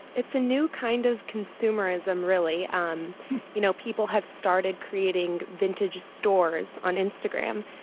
it's a new kind of consumerism, really. um you know people have started creating vintage stores on instagram.